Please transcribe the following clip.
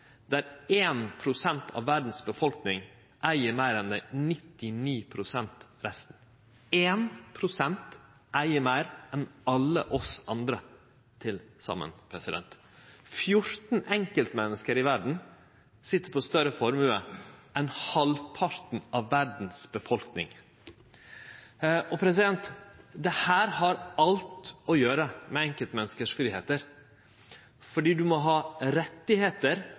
der 1 pst. av verdas befolkning eig meir enn dei andre 99 pst. – 1 pst. eig meir enn alle oss andre til saman, og 14 enkeltpersonar i verda sit med større formue enn halvparten av verdas befolkning. Dette har alt å gjere med fridomane til det enkelte mennesket, fordi du må ha